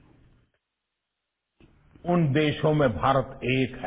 bite उन देशों में भारत एक है